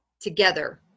Together